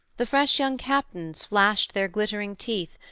the fresh young captains flashed their glittering teeth,